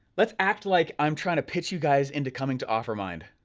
let's act like i'm trying to pitch you guys into coming to offermind.